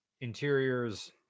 interiors